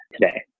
today